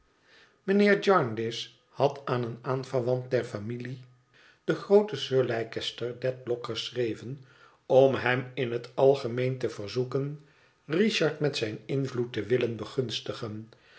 mijnheer jarndyce had aan een aanverwant der familie den grooten sir leicester dedlock geschreven om hem in het algemeen te verzoeken richard met zijn invloed te willen begunstigen